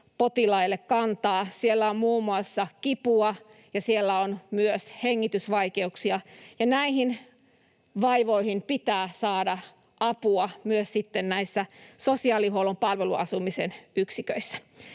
potilaille kantaa. Siellä on muun muassa kipua ja siellä on myös hengitysvaikeuksia, ja näihin vaivoihin pitää saada apua myös näissä sosiaalihuollon palveluasumisen yksiköissä.